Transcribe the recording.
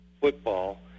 football